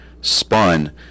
...spun